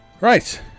Right